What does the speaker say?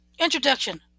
Introduction